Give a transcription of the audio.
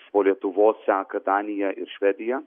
po lietuvos seka danija ir švedija